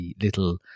little